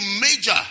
major